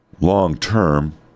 long-term